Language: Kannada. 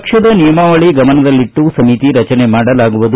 ಪಕ್ಷದ ನಿಯಮಾವಳಿ ಗಮನದಲ್ಲಿಟ್ಟು ಸಮಿತಿ ರಚನೆ ಮಾಡಲಾಗುವುದು